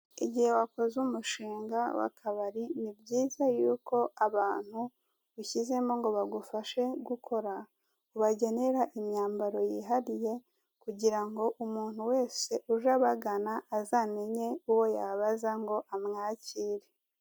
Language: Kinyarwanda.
Igihe wakoze umushinga w'akabari, ni byiza yuko abantu ushyizemo ngo bagufashe gukora, ubagenera imyambaro yihariye, kugira ngo umntu wese uje abagana azamenye uwo yabaza ngo amwakire.